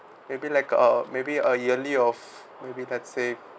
maybe like a maybe a yearly of maybe let's say